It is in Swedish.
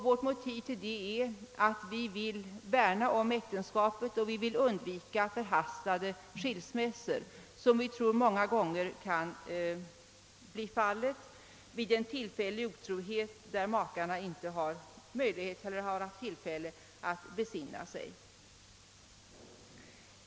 Vårt motiv är att vi vill värna om äktenskapet och vill undvika sådana förhastade skilsmässor vi tror många gånger kan bli följden vid tillfällig otrohet där makarna inte haft möjlighet att besinna sig.